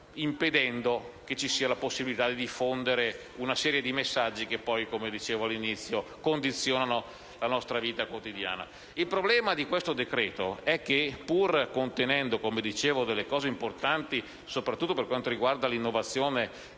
impedendogli di avere la possibilità di diffondere una serie di messaggi che poi, come dicevo all'inizio, condizionano la nostra vita quotidiana. Il problema di questo decreto-legge è che, come dicevo, pur contenendo norme importanti, soprattutto per quanto riguarda l'innovazione